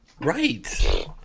Right